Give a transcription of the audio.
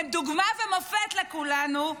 הם דוגמה ומופת לכולנו.